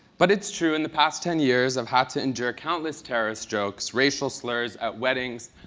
but it's true, in the past ten years, i've had to endure countless terrorist jokes, racial slurs at weddings,